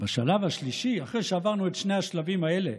בשלב השלישי, אחרי שעברנו את שני השלבים האלה,